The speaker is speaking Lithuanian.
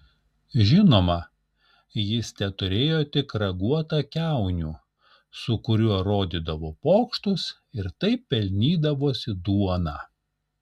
žinoma jis teturėjo tik raguotą kiaunių su kuriuo rodydavo pokštus ir taip pelnydavosi duoną